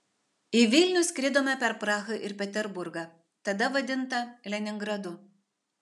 į vilnių skridome per prahą ir peterburgą tada vadintą leningradu